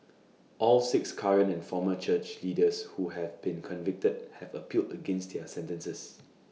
all six current and former church leaders who have been convicted have appealed against their sentences